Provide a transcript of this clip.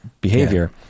behavior